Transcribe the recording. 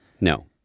No